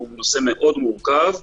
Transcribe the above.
הוא נושא מורכב מאוד.